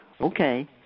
Okay